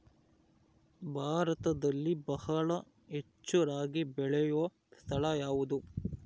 ಭಾರತದಲ್ಲಿ ಬಹಳ ಹೆಚ್ಚು ರಾಗಿ ಬೆಳೆಯೋ ಸ್ಥಳ ಯಾವುದು?